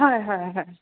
হয় হয় হয়